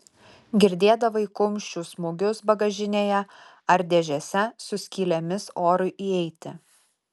girdėdavai kumščių smūgius bagažinėje ar dėžėse su skylėmis orui įeiti